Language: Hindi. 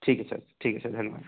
ठीक है सर ठीक है सर धन्यवाद